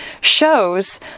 shows